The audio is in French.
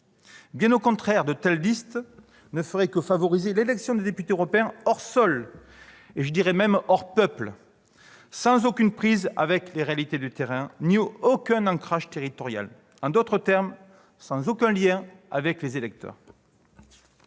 Bien au contraire, de telles listes ne feraient que favoriser l'élection de députés européens « hors sol », et je dirais même « hors peuple », sans aucune prise avec les réalités du terrain ni aucun ancrage territorial, en d'autres termes, sans aucun lien avec les électeurs.